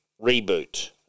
reboot